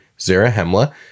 Zarahemla